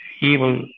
evil